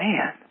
Man